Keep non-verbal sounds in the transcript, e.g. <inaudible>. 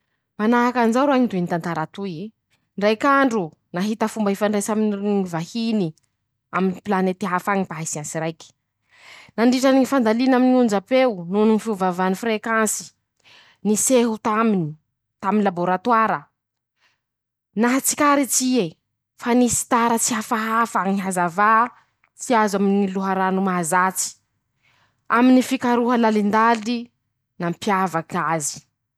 Manahaky anizao roahy ñy tohiny tantara toy e: -"Ndraiky andro, nahita fomba hifandraisa aminy rr ñy vahiny ,aminy pilanety hafa añy ñy mpahay siansy raiky <shushes> ;nandritrany ñy fandalina aminy ñy onjam-peo nohony ñy fiovaovany ñhy frekansy ,niseho taminy ,taminy labôratoara ,nahatsikaritsy ie fa nisy taratsy <shushes> hafahafa ñy hazavà tsy azo aminy ñy loharano mahazatsy ,aminy fikaroha lalindaly nampiavaky azy."